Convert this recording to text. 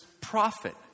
prophet